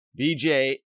BJ